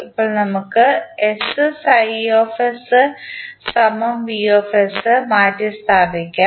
ഇപ്പോൾ നമുക്ക് മാറ്റിസ്ഥാപിക്കാം